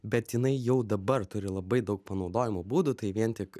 bet jinai jau dabar turi labai daug panaudojimo būdų tai vien tik